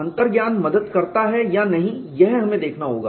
अंतर्ज्ञान मदद करता है या नहीं यह हमें देखना होगा